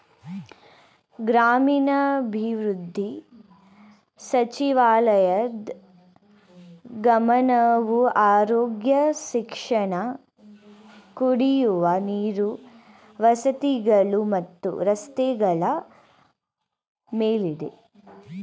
ಗ್ರಾಮೀಣಾಭಿವೃದ್ಧಿ ಸಚಿವಾಲಯದ್ ಗಮನವು ಆರೋಗ್ಯ ಶಿಕ್ಷಣ ಕುಡಿಯುವ ನೀರು ವಸತಿಗಳು ಮತ್ತು ರಸ್ತೆಗಳ ಮೇಲಿದೆ